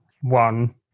one